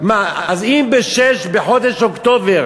אז אם ב-06:00 בחודש אוקטובר